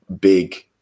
big